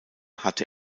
hatte